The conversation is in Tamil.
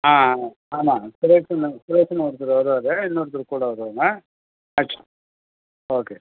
ஆ ஆ ஆமாம் சுரேஷுன்னு சுரேஷுன்னு ஒருத்தர் வருவார் இன்னொருத்தர் கூட வருவாருமா ஓகே